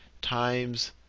times